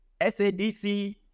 SADC